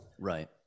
right